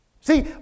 See